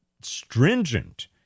stringent